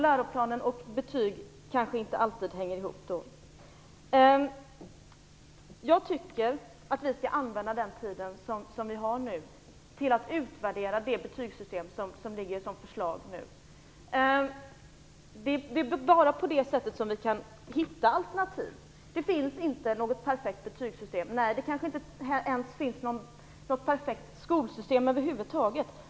Läroplanen och betyg kanske inte alltid hänger ihop. Jag tycker att vi skall använda den tid vi nu har till att utvärdera det betygssystem som föreslås. Det är bara på det sättet vi kan hitta alternativ. Det finns inte något perfekt betygssystem. Nej, det kanske över huvud taget inte finns något perfekt skolsystem.